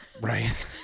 Right